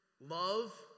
love